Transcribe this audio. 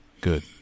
Good